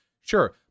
Sure